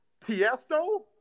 Tiesto